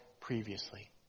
Previously